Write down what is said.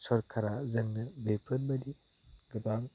सरखारा जोंनो बेफोरबायदि गोबां